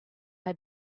had